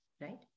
Right